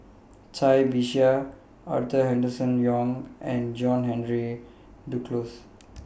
Cai Bixia Arthur Henderson Young and John Henry Duclos